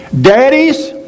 daddies